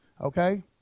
okay